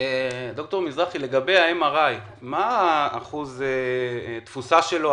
ד"ר מזרחי, לגבי ה-MRI, מה אחוז העבודה שלו?